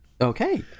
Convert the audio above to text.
Okay